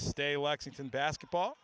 stay lexington basketball